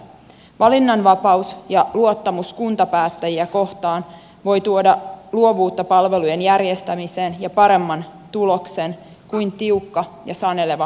valinnanvapaus ja luottamus kuntapäättäjiä kohtaan voi tuoda luovuutta palvelujen järjestämiseen ja paremman tuloksen kuin tiukka ja saneleva ohjaus